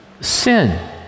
Sin